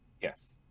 Yes